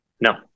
No